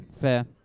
fair